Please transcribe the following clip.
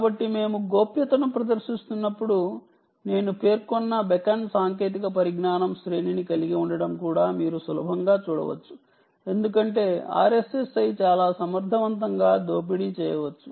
కాబట్టి మేము గోప్యతను ప్రదర్శిస్తున్నప్పుడు నేను పేర్కొన్న బెకన్ సాంకేతిక పరిజ్ఞానం శ్రేణిని కలిగి ఉండటం కూడా మీరు చూడవచ్చు ఎందుకంటే RSSI చాలా సమర్థవంతంగా సులభంగా అర్ధం చేసుకోవచ్చు